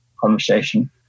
conversation